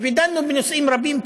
ודנו בנושאים רבים.